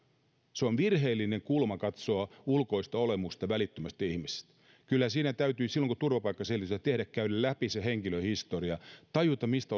se on virheellinen kulma katsoa välittömästi ulkoista olemusta ihmisistä kyllä siinä täytyy silloin kun turvapaikkaselvitystä tehdään käydä läpi henkilöhistoria tajuta mistä